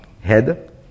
Head